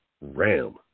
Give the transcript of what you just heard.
Ram